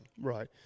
Right